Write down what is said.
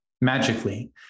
magically